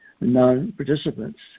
non-participants